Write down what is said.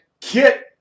Kit